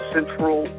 Central